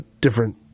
different